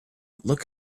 look